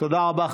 תודה רבה.